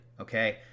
okay